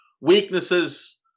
Weaknesses